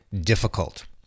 difficult